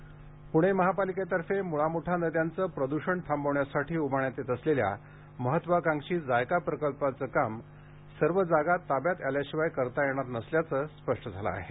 नद्या इंट्रो पुणे महापालिकेतर्फे मुळा मुठा नद्यांचं प्रद्षण थांबवण्यासाठी उभारण्यात येत असलेल्या महत्त्वाकांक्षी जायका प्रकल्पाचं काम सर्व जागा ताब्यात आल्याशिवाय करता येणार नसल्याचं स्पष्ट झालं आहे